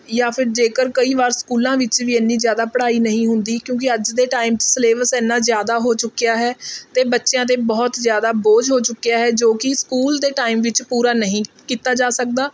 ਜਾਂ ਫਿਰ ਜੇਕਰ ਕਈ ਵਾਰ ਸਕੂਲਾਂ ਵਿੱਚ ਵੀ ਐਨੀ ਜ਼ਿਆਦਾ ਪੜ੍ਹਾਈ ਨਹੀਂ ਹੁੰਦੀ ਕਿਉਂਕਿ ਅੱਜ ਦੇ ਟਾਈਮ 'ਚ ਸਿਲੇਬਸ ਐਨਾ ਜ਼ਿਆਦਾ ਹੋ ਚੁੱਕਿਆ ਹੈ ਅਤੇ ਬੱਚਿਆਂ 'ਤੇ ਬਹੁਤ ਜ਼ਿਆਦਾ ਬੋਝ ਹੋ ਚੁੱਕਿਆ ਹੈ ਜੋ ਕਿ ਸਕੂਲ ਦੇ ਟਾਈਮ ਵਿੱਚ ਪੂਰਾ ਨਹੀਂ ਕੀਤਾ ਜਾ ਸਕਦਾ